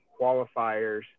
qualifiers